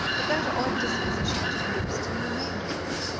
but that odd disposition to weep still remained with her.